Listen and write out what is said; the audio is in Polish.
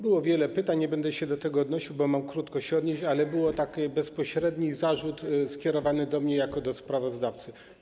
Było wiele pytań, nie będę się do tego odnosił, bo mam się odnieść krótko, ale był bezpośredni zarzut skierowany do mnie jako do sprawozdawcy.